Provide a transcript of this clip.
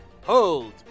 Hold